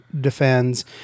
defends